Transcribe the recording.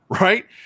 Right